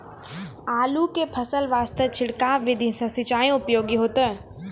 आलू के फसल वास्ते छिड़काव विधि से सिंचाई उपयोगी होइतै?